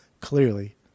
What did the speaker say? clearly